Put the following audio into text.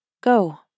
Go